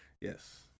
Yes